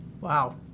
Wow